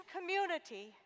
community